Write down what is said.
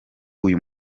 uyu